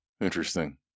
Interesting